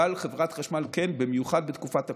אבל חברת חשמל, במיוחד בתקופת הקורונה,